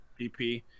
PP